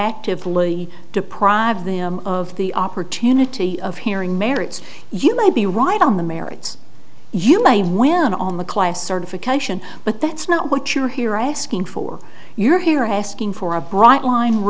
actively deprive them of the opportunity of hearing merits you may be right on the merits you may win on the class certification but that's not what you're here i asking for your here asking for a bright line